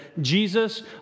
Jesus